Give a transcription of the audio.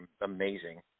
amazing